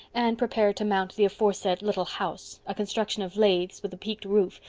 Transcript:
anne prepared to mount the aforesaid little house, a construction of lathes, with a peaked roof,